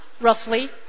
roughly